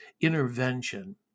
intervention